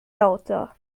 lauter